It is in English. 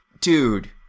dude